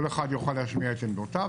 כל אחד יוכל להשמיע את עמדותיו,